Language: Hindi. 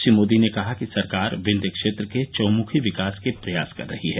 श्री मोदी ने कहा कि सरकार विंध्य क्षेत्र के चहुंमुखी विकास के प्रयास कर रही है